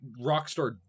Rockstar